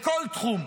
בכל תחום.